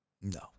No